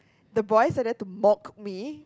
the boys are there to mock me